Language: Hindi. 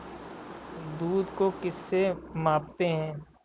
दूध को किस से मापते हैं?